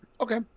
Okay